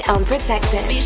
Unprotected